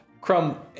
Crumb